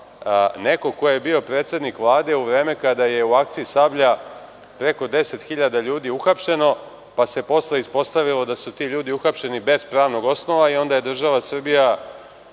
neko ko je bio predsednik Vlade u vreme kada je u akciji „Sablja“ preko 10 hiljada ljudi uhapšeno, pa se posle ispostavilo da su ti ljudi uhapšeni bez pravnog osnova i onda je država Srbija